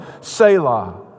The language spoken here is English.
Selah